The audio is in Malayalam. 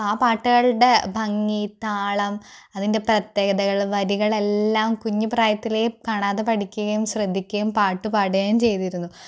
അപ്പം ആ പാട്ടുകളുടെ ഭംഗി താളം അതിൻ്റെ പ്രത്യേകതകൾ വരികളെല്ലാം കുഞ്ഞിൽ പ്രായത്തിലെ കാണാതെ പഠിക്കുകയും ശ്രദ്ധിക്കുകയും പാട്ടുപാടുകയും ചെയ്തിരുന്നു